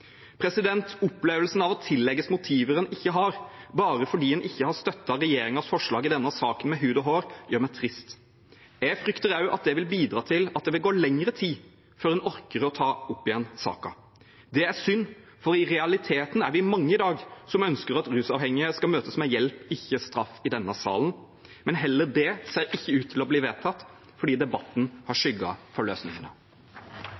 Opplevelsen av å tillegges motiver man ikke har, bare fordi man ikke har støttet regjeringens forslag i denne saken med hud og hår, gjør meg trist. Jeg frykter også at det vil bidra til at det vil gå lengre tid før man orker å ta saken opp igjen. Det er synd, for i realiteten er vi mange i denne salen i dag som ønsker at rusavhengige skal møtes med hjelp, ikke straff. Men heller ikke det ser ut til å bli vedtatt, fordi debatten har